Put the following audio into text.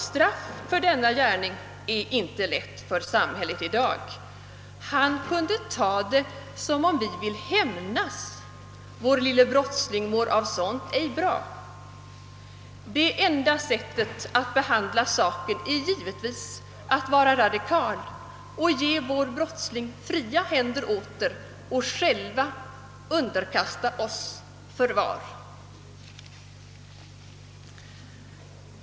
straff för denna gärning är inte lätt för samhället i dag, han kunde ta det som om vi vill hämnas, vår lille brottsling mår av sånt ej bra. Det enda sättet att behandla saken är givetvis att vara radikal och ge vår brottsling och själva underkasta oss förvar.